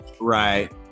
right